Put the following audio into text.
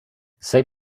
sei